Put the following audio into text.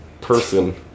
person